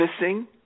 missing